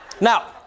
Now